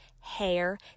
hair